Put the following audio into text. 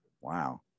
wow